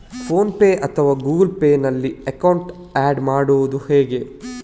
Phone pay ಅಥವಾ Google Pay ನಲ್ಲಿ account add ಮಾಡುವುದು ಹೇಗೆ?